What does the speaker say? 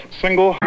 single